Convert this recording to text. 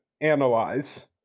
analyze